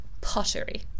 pottery